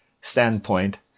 standpoint